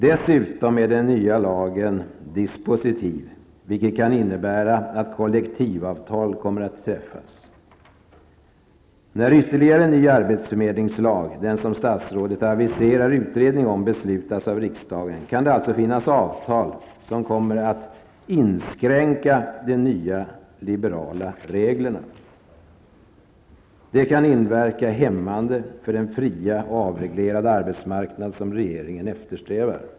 Dessutom är den nya lagen dispositiv, vilket kan innebära att kollektivavtal kommer att träffas. När ytterligare en ny arbetsförmedlingslag -- den som statsrådet aviserar utredning om -- beslutas av riksdagen kan det alltså att finnas avtal som kommer att inskränka de nya liberala reglerna. Det kan inverka hämmande på den fria och avreglerade arbetsmarknad som regeringen eftersträvar.